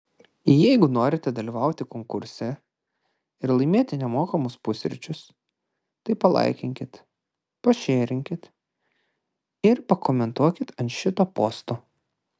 jeigu norite dalyvauti konkurse ir laimėti nemokamus pusryčius tai palaikinkit pašėrinkit ir pakomentuokit ant šito posto